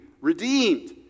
redeemed